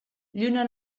lluna